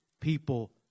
people